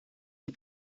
die